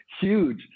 huge